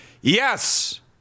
Yes